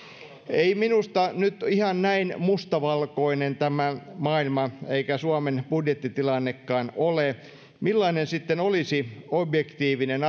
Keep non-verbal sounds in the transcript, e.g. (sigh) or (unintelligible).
ei minusta nyt ihan näin mustavalkoinen tämä maailma eikä suomen budjettitilannekaan ole millainen sitten olisi objektiivinen (unintelligible)